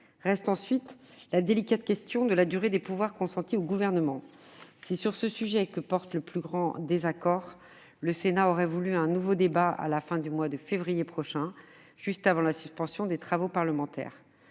Reste la délicate question de la durée des pouvoirs consentis au Gouvernement. C'est sur ce point que porte le plus grand désaccord. Le Sénat aurait voulu un nouveau débat à la fin du mois de février prochain, juste avant la suspension des travaux parlementaires.